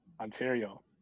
Ontario